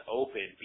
open